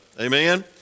amen